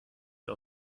ihr